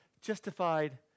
justified